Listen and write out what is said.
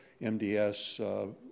mds